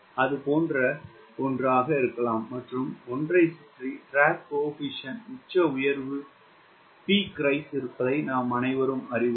அதுபோன்ற ஒன்று ஆக இருக்கலாம் மற்றும் 1 ஐ சுற்றி ட்ராக் கோஈபியின்ட் உச்ச உயர்வு இருப்பதை நாம் அனைவரும் அறிவோம்